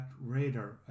radar